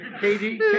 Katie